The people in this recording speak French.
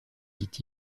dit